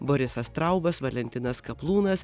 borisas traubas valentinas kaplūnas